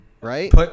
right